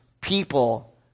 people